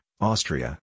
Austria